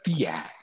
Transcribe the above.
Fiat